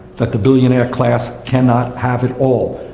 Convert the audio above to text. that the billionaire class cannot have it all.